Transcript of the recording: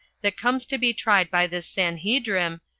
that comes to be tried by this sanhedrim,